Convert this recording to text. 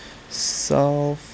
self